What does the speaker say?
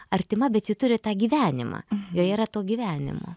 artima bet ji turi tą gyvenimą joje yra to gyvenimo